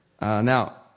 Now